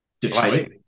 Detroit